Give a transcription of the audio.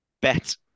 bet